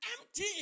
empty